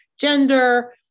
gender